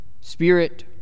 spirit